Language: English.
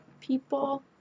people